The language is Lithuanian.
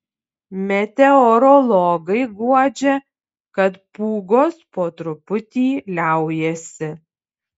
meteorologai guodžia kad pūgos po truputį liaujasi